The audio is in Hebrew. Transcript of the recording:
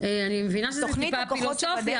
אני מבינה שזה טיפה פילוסופי,